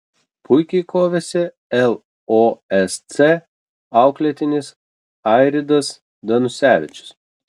puikiai kovėsi losc auklėtinis airidas danusevičius